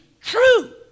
true